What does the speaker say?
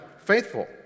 faithful